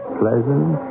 pleasant